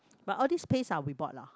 but all this paste ah we bought lah